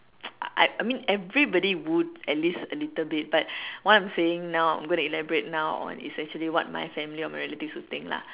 I mean everybody would at least a little bit but what I'm saying now I'm going to elaborate now on is actually what my family or my relatives would think lah